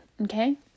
Okay